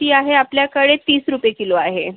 ती आहे आपल्याकडे तीस रुपये किलो आहे